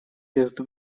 jest